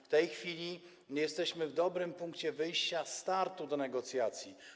W tej chwili jesteśmy w dobrym punkcie wyjścia, startu do negocjacji.